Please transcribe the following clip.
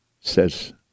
says